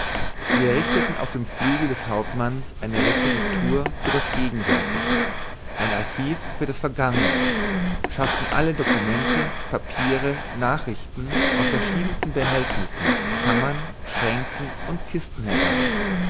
sie errichteten auf dem flügel des hauptmanns eine repositur für das gegenwärtige ein archiv für das vergangene schafften alle dokumente papiere nachrichten aus verschiedenen behältnissen kammern schränken und kisten herbei